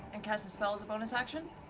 and cast a spell as a bonus action?